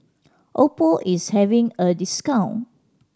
oppo is having a discount